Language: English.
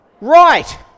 right